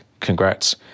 congrats